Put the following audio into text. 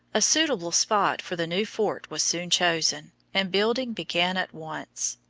a suitable spot for the new fort was soon chosen, and building began at once.